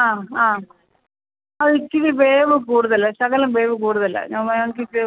ആ ആ ആ ഇച്ചിരി വേവ് കൂടുതലാണ് ശകലം വേവ് കൂടുതലാണ് ഞാൻ വാങ്ങിച്ചിട്ട്